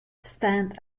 stand